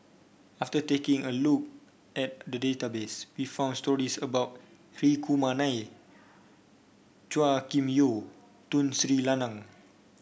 after taking a look at the database we found stories about Hri Kumar Nair Chua Kim Yeow Tun Sri Lanang